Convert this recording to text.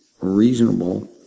reasonable